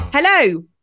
Hello